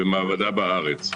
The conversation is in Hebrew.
במעבדה בארץ.